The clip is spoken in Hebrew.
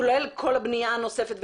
כולל כל הבנייה הנוספת,